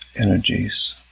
energies